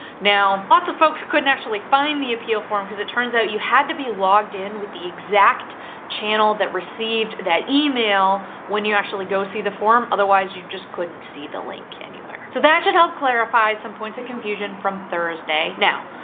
now, lots of folks couldn't actually find the appeal form because it turns out, you had to be logged in with the exact channel that received that email when you actually go see the form otherwise you just couldn't see the link anywhere. so that should help clarify some points of confusion from thursday. now,